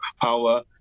power